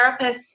therapists